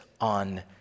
on